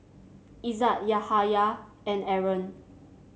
Izzat Yahaya and Aaron